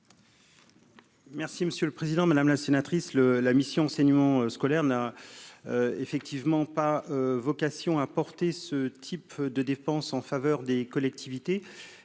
Merci monsieur le président, madame la sénatrice le la mission enseignement scolaire n'a effectivement pas vocation à porter ce type de dépenses en faveur des collectivités